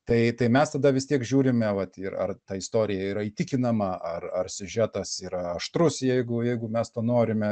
tai tai mes tada vis tiek žiūrime vat ir ar ta istorija yra įtikinama ar ar siužetas yra aštrūs jeigu jeigu mes to norime